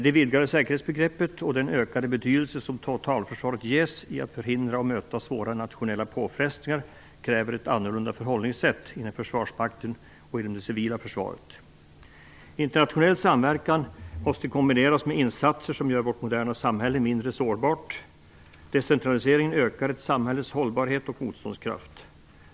Det vidgade säkerhetsbegreppet och den ökade betydelse som totalförsvaret ges när det gäller att förhindra och möta svåra nationella påfrestningar kräver ett annorlunda förhållningssätt inom försvarsmakten och det civila försvaret. Internationell samverkan måste kombineras med insatser som gör vårt moderna samhälle mindre sårbart. Decentralisering ökar ett samhälles hållbarhet och motståndskraft.